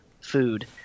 food